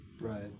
Right